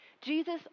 Jesus